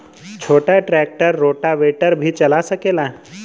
छोटा tractor rotavator भी चला सकेला?